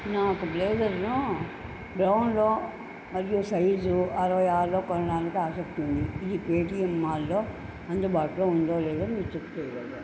నాకు బ్లేజర్లో బ్రౌన్లో మరియు సైజు అరవై ఆరులో కొనడానికి ఆసక్తి ఉంది ఇది పేటీఎం మాల్లో అందుబాటులో ఉందో లేదో మీరు చెక్ చెయ్యగలరా